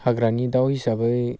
हाग्रानि दाउ हिसाबै